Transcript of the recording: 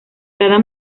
cada